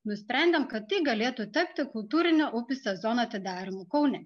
nusprendėm kad galėtų tapti kultūrinio upių sezono atidarymu kaune